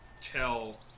tell